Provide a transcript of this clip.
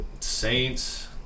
Saints